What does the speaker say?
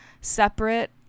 separate